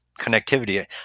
connectivity